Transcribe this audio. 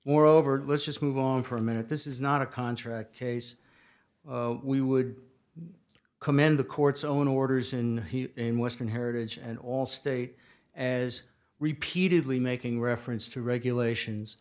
or overt let's just move on for a minute this is not a contract case we would i commend the court's own orders in in western heritage and all state as repeatedly making reference to regulations